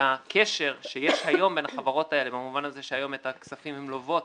הקשר שיש היום בין החברות האלה במובן הזה שאת הכספים הן לוות